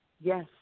yes